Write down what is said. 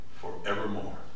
forevermore